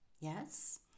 yes